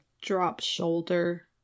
drop-shoulder